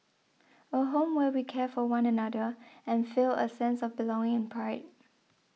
a home where we care for one another and feel a sense of belonging and pride